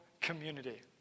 community